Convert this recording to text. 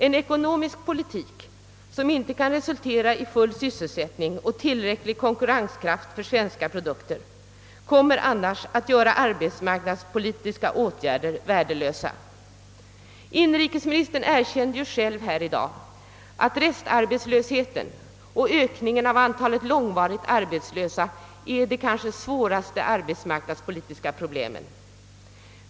En ekonomisk politik, som inte kan ge full sysselsättning och tillräcklig konkurrenskraft för svenska produkter, kan komma att göra arbetsmarknadspolitiska åtgärder värdelösa. Inrikesministern erkände själv här i dag, att restarbetslösheten och ökningen av antalet långvarigt arbetslösa är det kanske svåraste arbetsmarknadspolitiska problemet.